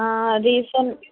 reason